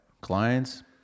Clients